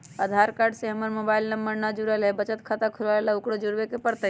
आधार card से हमर mobile number न जुरल है त बचत खाता खुलवा ला उकरो जुड़बे के पड़तई?